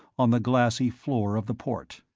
on the glassy floor of the port.